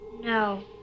No